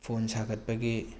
phone ꯁꯥꯒꯠꯄꯒꯤ